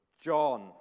John